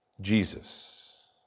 Jesus